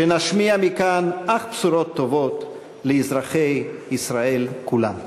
שנשמיע מכאן אך בשורות טובות לאזרחי ישראל כולם.